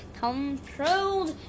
controlled